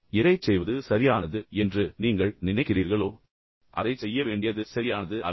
எதைச் செய்வது சரியானது என்று நீங்கள் நினைக்கிறீர்களோ அதைச் செய்ய வேண்டியது சரியானது அல்ல